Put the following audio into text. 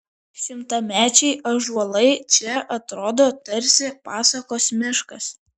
šimtamečiai ąžuolai čia atrodo tarsi pasakos miškas